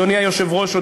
אדוני היושב-ראש,